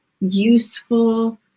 useful